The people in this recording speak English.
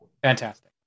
Fantastic